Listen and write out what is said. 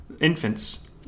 infants